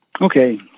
Okay